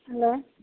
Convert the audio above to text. hello